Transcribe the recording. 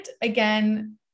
again